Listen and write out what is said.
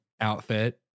outfit